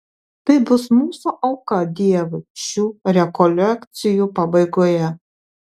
tai bus mūsų auka dievui šių rekolekcijų pabaigoje